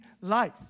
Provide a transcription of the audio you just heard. life